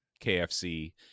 KFC